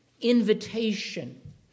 invitation